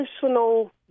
personal